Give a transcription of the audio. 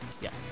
yes